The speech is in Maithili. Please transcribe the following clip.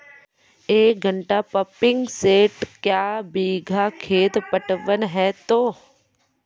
एक घंटा पंपिंग सेट क्या बीघा खेत पटवन है तो?